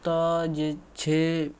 तऽ जे छै